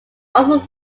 also